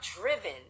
driven